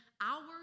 hours